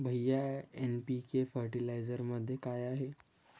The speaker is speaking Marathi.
भैय्या एन.पी.के फर्टिलायझरमध्ये काय आहे?